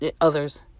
others